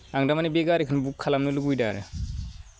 आं दा माने बे गारिखौनो बुक खालामनो लुगैदों आरो